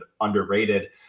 underrated